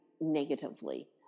negatively